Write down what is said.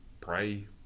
pray